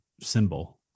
symbol